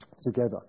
Together